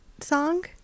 song